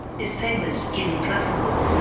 is famous, even classical,